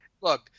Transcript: Look